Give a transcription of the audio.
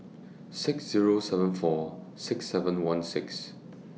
six Zero seven four six seven one six